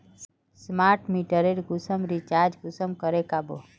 Smart मीटरेर कुंसम recharge कुंसम करे का बो?